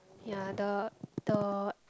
ya the the